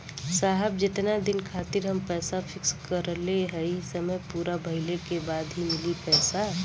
साहब जेतना दिन खातिर हम पैसा फिक्स करले हई समय पूरा भइले के बाद ही मिली पैसा?